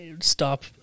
Stop